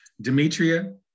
Demetria